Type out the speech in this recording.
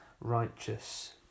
righteous